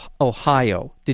Ohio